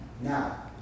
now